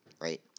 right